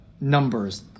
numbers